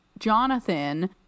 jonathan